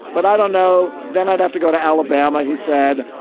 but i don't know. then i'd have to go to alabama, he said.